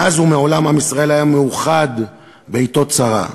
מאז ומעולם עם ישראל היה מאוחד בעתות צרה.